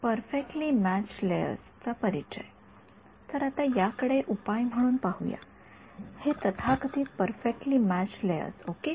तर आता याकडे उपाय म्हणून पाहूया हे तथाकथित परफेक्टली म्यॅच्ड लेयर्स ओके